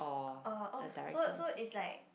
uh oh so so it's like